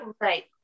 right